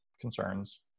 concerns